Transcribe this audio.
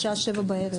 בשעה 7 בערב,